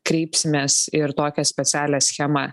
kreipsimės ir tokią specialią schemą